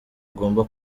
agomba